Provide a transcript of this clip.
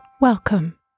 Welcome